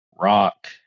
Rock